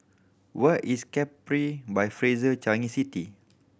where is Capri by Fraser Changi City